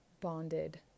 bonded